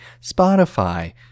Spotify